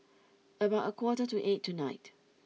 about a quarter to eight tonight